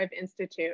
Institute